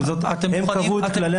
עם זאת, הם קבעו את כללי המשחק.